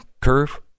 curve